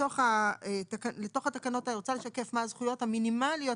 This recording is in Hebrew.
לתוך התקנות אני רוצה לשקף מה הזכויות המינימליות,